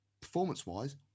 Performance-wise